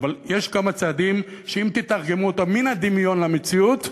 אבל יש כמה צעדים שאם תתרגמו אותם מן הדמיון למציאות,